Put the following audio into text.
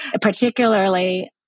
Particularly